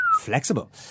Flexible